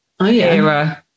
era